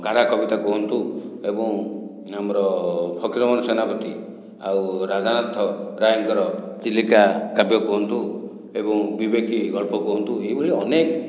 କାରାକବିତା କୁହନ୍ତୁ ଏବଂ ଆମର ଫକୀରମୋହନ ସେନାପତି ଆଉ ରାଧାନାଥ ରାୟଙ୍କର ଚିଲିକା କାବ୍ୟ କୁହନ୍ତୁ ଏବଂ ବିବେକୀ ଗଳ୍ପ କୁହନ୍ତୁ ଏହିଭଳି ଅନେକ